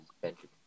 Benjamin